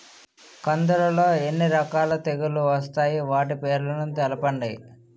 కందులు లో ఎన్ని రకాల తెగులు వస్తాయి? వాటి పేర్లను తెలపండి?